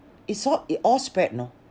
it's all it all spread know